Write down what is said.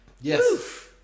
Yes